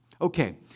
Okay